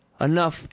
enough